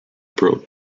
broke